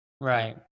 Right